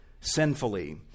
sinfully